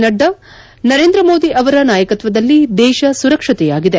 ನಡ್ಡಾ ನರೇಂದ್ರ ಮೋದಿ ಅವರ ನಾಯಕತ್ವದಲ್ಲಿ ದೇಶ ಸುರಕ್ಷತೆಯಾಗಿದೆ